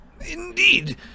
Indeed